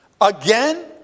Again